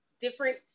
different